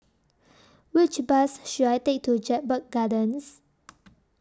Which Bus should I Take to Jedburgh Gardens